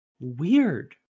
weird